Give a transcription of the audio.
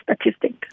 statistic